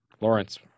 Lawrence